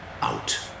Out